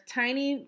tiny